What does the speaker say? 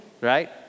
right